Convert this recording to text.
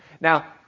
Now